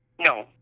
no